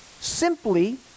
simply